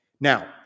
Now